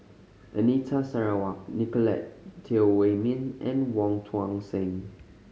Anita Sarawak Nicolette Teo Wei Min and Wong Tuang Seng